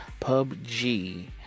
PUBG